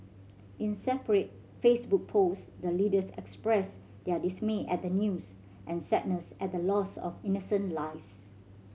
in separate Facebook post the leaders expressed their dismay at the news and sadness at the loss of innocent lives